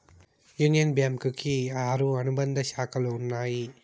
union bank కి ఆరు అనుబంధ శాఖలు ఉన్నాయి